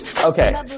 okay